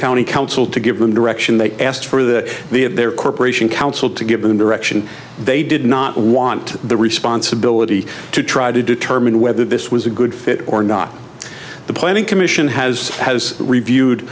county council to give them direction they asked for the they have their corporation council to give them direction they did not want the responsibility to try to determine whether this was a good fit or not the planning commission has has reviewed